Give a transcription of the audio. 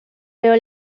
pero